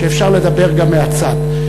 שאפשר לדבר גם מהצד.